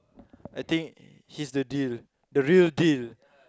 I think he's the deal the real deal